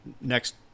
next